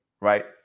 Right